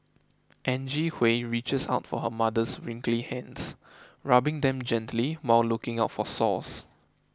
Angie Hui reaches out for her mother's wrinkly hands rubbing them gently while looking out for sores